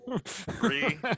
Three